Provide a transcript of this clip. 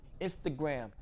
Instagram